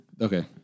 Okay